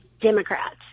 Democrats